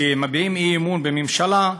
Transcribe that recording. כשמביעים אי-אמון בממשלה,